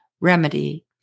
remedy